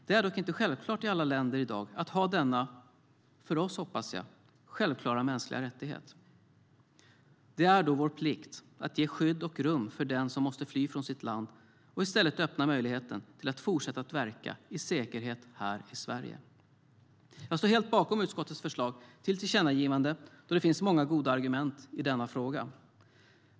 Det är dock inte självklart i alla länder i dag att ha denna, för oss hoppas jag, självklara mänskliga rättighet. Det är därför vår plikt att ge skydd och rum för den som måste fly från sitt land och öppna möjligheten att fortsätta att verka i säkerhet här i Sverige. Jag står helt bakom utskottets förslag till tillkännagivande då det innehåller många goda argument i denna fråga.